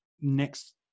next